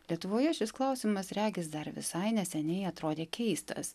lietuvoje šis klausimas regis dar visai neseniai atrodė keistas